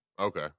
Okay